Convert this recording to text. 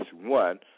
one